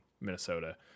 Minnesota